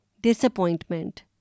disappointment।